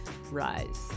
rise